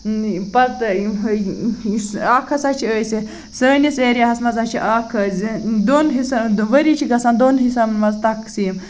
پَتَے یُس اکھ ہسا چھُ أسۍ سٲنِس ایریا ہَس منٛز ہسا چھِ اکھ دۄن حِصن ؤری چھُ گژھان دۄن حِصن منٛز تَقسیٖم